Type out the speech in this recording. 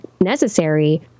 necessary